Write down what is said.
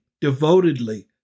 devotedly